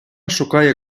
шукає